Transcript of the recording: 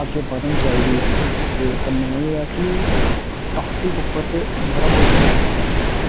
अग्गें बधनी चाहिदी कन्नै एह् ऐ कि प्राकृति उप्पर ते बड़ा बोली सकने आं